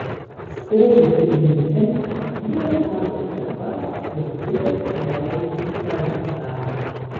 stovi kapinėse jie sako kalbas ir tuoj leis karstą